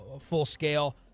full-scale